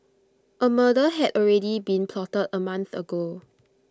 A murder had already been plotted A month ago